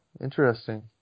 Interesting